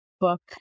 book